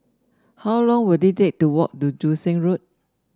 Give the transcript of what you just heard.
how long will it take to walk to Joo Seng Road